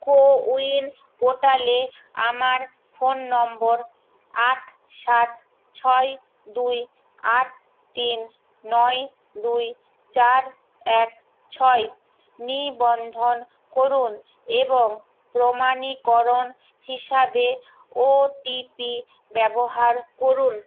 CoWIN পোর্টালে আমার phone number আট সাত ছয় দুই আট তিন নয় দুই চার এক ছয় নিবন্ধন করুন এবং প্রমাণীকরণ হিসাবে ওটিপি ব্যবহার করুন